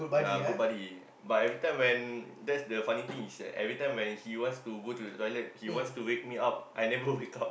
ya good buddy but every time when that's the funny thing is that every time he wants to go to the toilet he wants to wake my up I never wake up